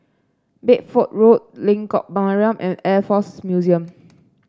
Bedford Road Lengkok Mariam and Air Force Museum